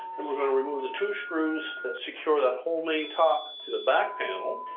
then we're going to remove the two screws that secure that whole main top to the back panel.